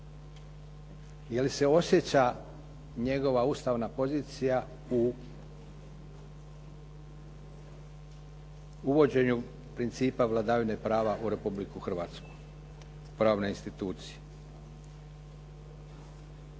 Je li se osjeća njegova ustavna pozicija u uvođenju principa vladavine prava u Republiku Hrvatsku, pravne institucije?